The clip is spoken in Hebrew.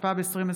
התשפ"א 2020,